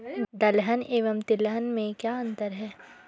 दलहन एवं तिलहन में क्या अंतर है?